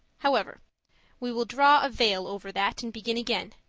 however we will draw a veil over that and begin again.